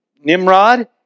Nimrod